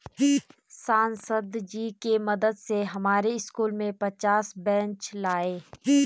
सांसद जी के मदद से हमारे स्कूल में पचास बेंच लाए